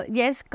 yes